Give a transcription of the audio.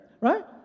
right